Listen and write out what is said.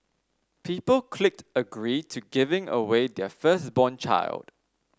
people clicked agree to giving away their firstborn child